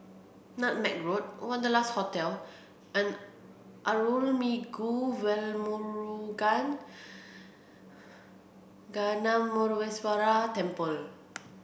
Nutmeg Road Wanderlust Hotel and Arulmigu Velmurugan Gnanamuneeswarar Temple